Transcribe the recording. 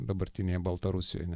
dabartinėje baltarusijoje